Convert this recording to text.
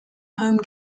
home